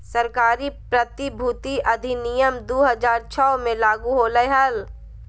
सरकारी प्रतिभूति अधिनियम दु हज़ार छो मे लागू होलय हल